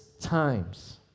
times